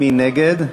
מי נגד?